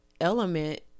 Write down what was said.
element